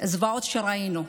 הזוועות שראינו.